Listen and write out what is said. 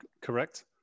correct